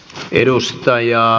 edustajaa